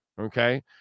okay